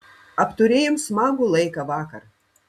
apturėjom smagų laiką vakar